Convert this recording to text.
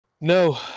No